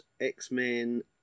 X-Men